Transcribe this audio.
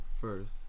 first